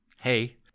hey